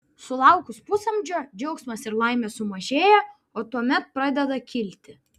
sulaukus pusamžio džiaugsmas ir laimė sumažėja o tuomet pradeda kilti